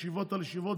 ישיבות על ישיבות,